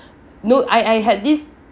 know I I had this